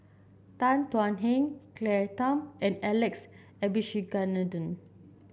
Tan Thuan Heng Claire Tham and Alex Abisheganaden